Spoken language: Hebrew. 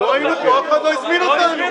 לא היינו פה, אף אחד לא הזמין אותנו.